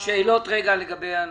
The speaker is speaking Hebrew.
שאלות לגבי הנושא.